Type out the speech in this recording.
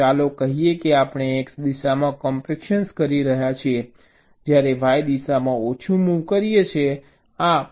તેથી ચાલો કહીએ કે આપણે x દિશામાં કોમ્પેક્શન કરી રહ્યા છીએ જ્યારે y દિશામાં ઓછું મૂવ કરીએ છીએ